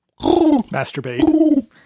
masturbate